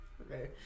Okay